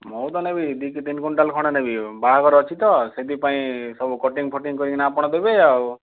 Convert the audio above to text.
ମୁଁ ତ ନେବି ଦୁଇ କି ତିନି କୁଇଣ୍ଟାଲ ଖଣ୍ଡେ ନେବି ବାହାଘର ଅଛି ତ ସେଥିପାଇଁ ସବୁ କଟିଙ୍ଗ ଫଟିଙ୍ଗ କରିକିନା ଆପଣ ଦେବେ ଆଉ